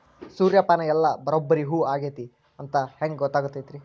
ಸೂರ್ಯಪಾನ ಎಲ್ಲ ಬರಬ್ಬರಿ ಹೂ ಆಗೈತಿ ಅಂತ ಹೆಂಗ್ ಗೊತ್ತಾಗತೈತ್ರಿ?